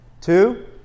Two